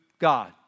God